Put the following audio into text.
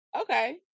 Okay